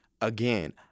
Again